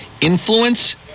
influence